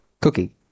cookie